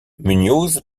muñoz